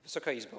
Wysoka Izbo!